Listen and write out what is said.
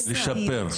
לשפר,